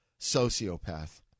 sociopath